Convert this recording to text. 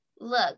look